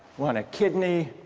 one a kidney,